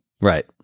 Right